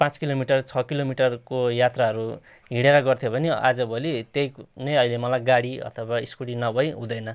पाँच किलेमिटर छ किलोमिटरको यात्राहरू हिँडेर गर्थ्यो भने आजभोलि त्यही नै अहिले मलाई गाडी अथवा स्कुटी नभई हुँदैन